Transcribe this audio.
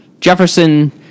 jefferson